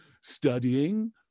studying